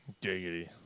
Diggity